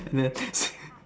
then